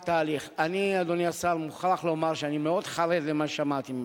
אני מוכרח לומר שאני חרד מאוד ממה שמעתי ממך.